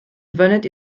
fyned